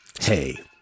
Hey